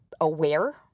aware